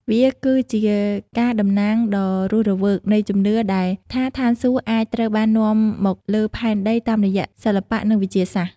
វាគឺជាការតំណាងដ៏រស់រវើកនៃជំនឿដែលថាស្ថានសួគ៌អាចត្រូវបាននាំមកលើផែនដីតាមរយៈសិល្បៈនិងវិទ្យាសាស្ត្រ។